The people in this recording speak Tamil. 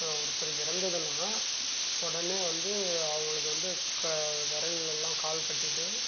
ஒருத்தர் இறந்ததுன்னா உடனே வந்து அவங்களுக்கு வந்து க விரல்லெல்லாம் கால் கட்டிகிட்டு